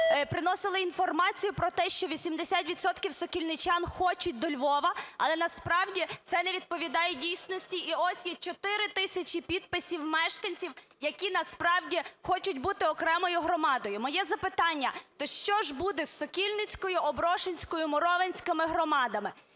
приносили інформацію про те, що 80 відсотків сокільничан хочуть до Львова, але насправді це не відповідає дійсності. І ось їх 4 тисячі підписів мешканців, які насправді хочуть бути окремою громадою. Моє запитання. Та що ж буде з Сокільницькою, Оброшинською, Мурованською громадами?